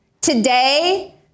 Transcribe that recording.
Today